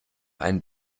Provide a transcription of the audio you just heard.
einen